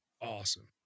awesome